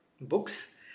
books